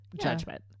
Judgment